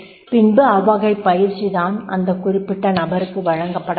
பின்பு அவ்வகைப் பயிற்சி தான் இந்த குறிப்பிட்ட நபருக்கு வழங்கப்பட வேண்டும்